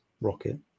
Rocket